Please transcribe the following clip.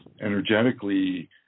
energetically